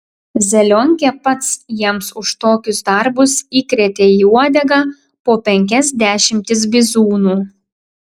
zelionkė pats jiems už tokius darbus įkrėtė į uodegą po penkias dešimtis bizūnų